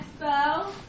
Expo